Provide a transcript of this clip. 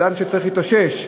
אדם שצריך להתאושש,